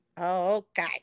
okay